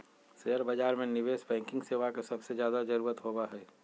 share बाजार में निवेश बैंकिंग सेवा के सबसे ज्यादा जरूरत होबा हई